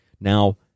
Now